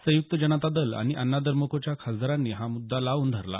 संयुक्त जनता दल आणि अण्णाद्रम्कच्या खासदारांनी हा मुद्दा लावून धरला